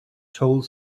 told